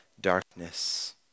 Darkness